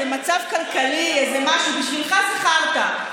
איזה מצב כלכלי, איזה משהו, בשבילך זה חרטא.